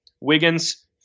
Wiggins